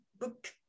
book